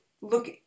look